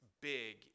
big